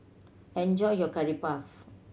enjoy your Curry Puff